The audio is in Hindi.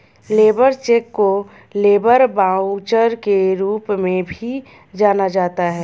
लेबर चेक को लेबर वाउचर के रूप में भी जाना जाता है